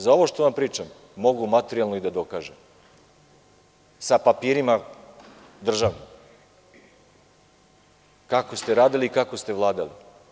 Za ovo što vam pričam mogu materijalno i da dokažem sa papirima države, kako ste radili i kako ste vladali.